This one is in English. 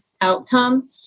outcome